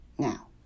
Now